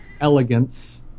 elegance